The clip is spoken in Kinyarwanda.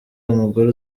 umugore